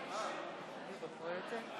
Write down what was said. אני רוצה להקריא מתוך מצע